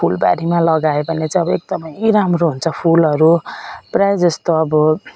फुलबारीमा लगायो भने चाहिँ अब एकदम राम्रो हुन्छ फुलहरू प्रायः जस्तो अब